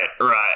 right